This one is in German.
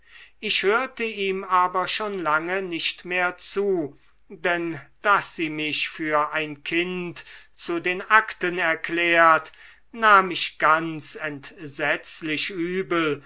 ich hörte ihm aber schon lange nicht mehr zu denn daß sie mich für ein kind zu den akten erklärt nahm ich ganz entsetzlich übel